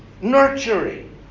nurturing